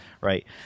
right